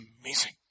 amazing